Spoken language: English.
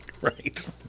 Right